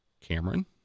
cameron